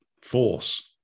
force